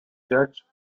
judge